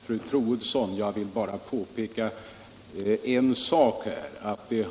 Herr talman! Jag skall inte gå in i någon debatt med fru Troedsson.